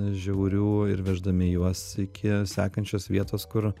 žiaurių ir veždami juos iki sekančios vietos kur